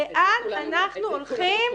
לאן אנחנו הולכים?